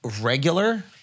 regular